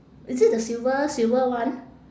is it the silver silver one